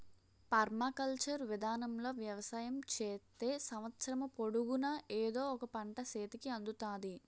permaculture విధానములో వ్యవసాయం చేత్తే సంవత్సరము పొడుగునా ఎదో ఒక పంట సేతికి అందుతాది